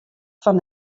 fan